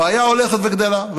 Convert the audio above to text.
הבעיה הולכת וגדלה.